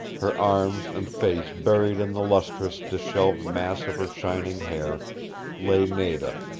her arms and face buried in the lustrous, disheveled mass of her shining hair lay nada,